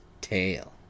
tail